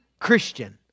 Christian